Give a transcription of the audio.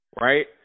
Right